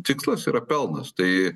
tikslas yra pelnas tai